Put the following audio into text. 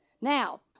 Now